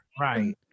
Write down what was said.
Right